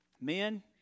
men